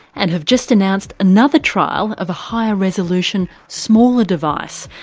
and have just announced another trial of a higher resolution, smaller device.